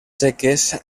seques